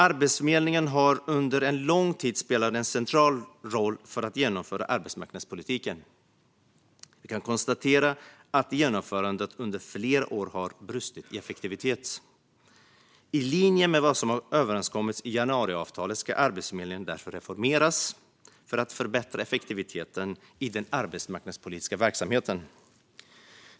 Arbetsförmedlingen har under en lång tid spelat en central roll för att genomföra arbetsmarknadspolitiken. Vi kan dock konstatera att genomförandet under flera år har brustit i effektivitet. I linje med vad som har överenskommits i januariavtalet ska Arbetsförmedlingen därför reformeras för att förbättra effektiviteten i den arbetsmarknadspolitiska verksamheten.